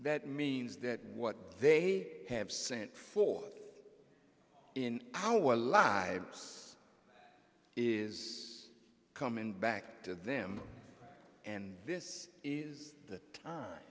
that means that what they have sent for in our lives is coming back to them and this is that